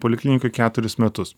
poliklinikoj keturis metus